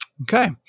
Okay